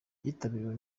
cyitabiriwe